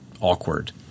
awkward